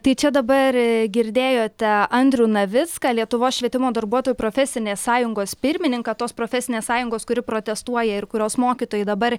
tai čia dabar girdėjote andrių navicką lietuvos švietimo darbuotojų profesinės sąjungos pirmininką tos profesinės sąjungos kuri protestuoja ir kurios mokytojai dabar